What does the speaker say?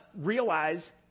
realize